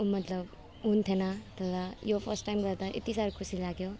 मतलब हुन्थेन होला यो फर्स्ट टाइम गर्दा यत्ति साह्रो खुसी लाग्यो